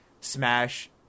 Smash